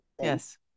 Yes